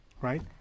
right